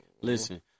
Listen